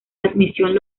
administración